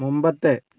മുമ്പത്തെ